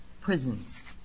prisons